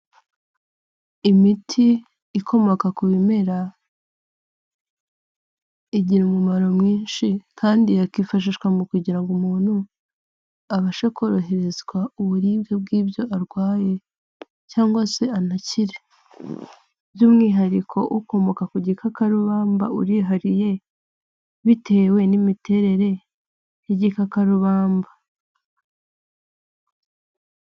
Imiti ikomoka ku bimera igi umumaro mwinshi kandi akifashishwa mu kugira ngo umuntu abashe koroherezwa uburibwe bw'ibyo arwaye cyangwa se anakire, by'umwihariko ukomoka ku gikakarubamba urihariye bitewe n'imiterere y'igikakarubamba.